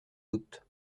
doute